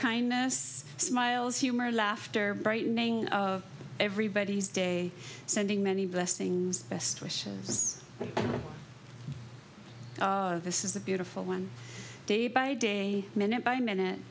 kindness smiles humor laughter brightening everybody's day sending many blessings best wishes this is a beautiful one day by day minute by minute